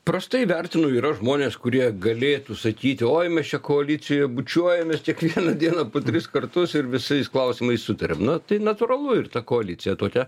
prastai vertinu yra žmonės kurie galėtų sakyti oi mes čia koalicijoj bučiuojamės kiekvieną dieną po tris kartus ir visais klausimais sutariam na tai natūralu ir ta koalicija tokia